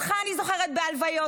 אותך אני זוכרת בהלוויות,